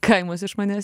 kaimas iš manęs